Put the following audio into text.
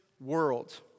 World